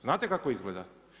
Znate kako izgleda?